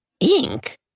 Ink